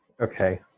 Okay